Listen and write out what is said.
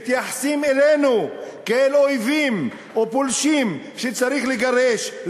מתייחסות אלינו כאל אויבים או פולשים שצריך לגרש,